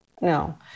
no